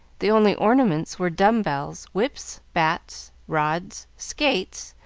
the only ornaments were dumbbells, whips, bats, rods, skates,